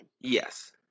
Yes